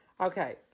Okay